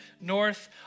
North